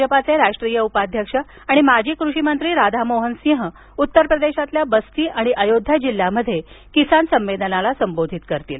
भाजपाचे राष्ट्रीय उपाध्यक्ष आणि माजी कृषी मंत्री राधा मोहन सिंह उत्तर प्रदेशातील बस्ती आणि अयोध्या जिल्हयात किसान संमेलनाला संबोधित करतील